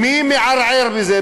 מי מערער על זה?